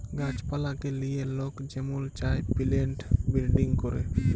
গাহাছ পালাকে লিয়ে লক যেমল চায় পিলেন্ট বিরডিং ক্যরে